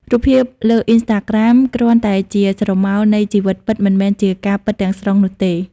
រូបភាពលើ Instagram គ្រាន់តែជា "ស្រមោល" នៃជីវិតពិត មិនមែនជាការពិតទាំងស្រុងនោះទេ។